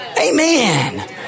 Amen